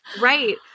Right